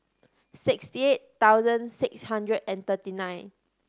sixty eight thousand six hundred and thirty nine